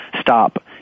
stop